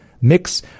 mix